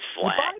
flat